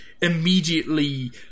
immediately